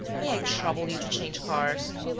may i trouble you to change cars?